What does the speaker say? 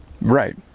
Right